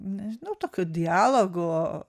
nežinau tokio dialogo